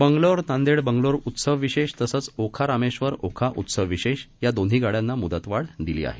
बंगलोर नांदेड बंगलोर उत्सव विशेष तसंच ओखा रामेश्वर ओखा उत्सव विशेष या दोन्ही गाड्यांना मुदतवाढ दिली आहे